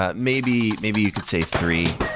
ah maybe maybe you could say three.